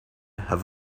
have